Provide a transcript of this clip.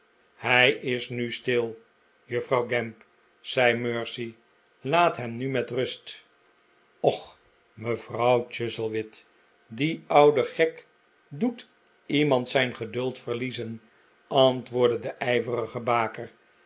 hij is nu stil juffrouw gamp zei mercy laat hem nu met rust m och mevrouw chuzzlewit die dude gek doet iemand zijn geduld verliezen antwoordde de ijverige baker